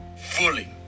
fully